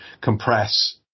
compress